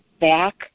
back